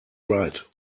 right